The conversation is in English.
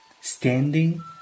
standing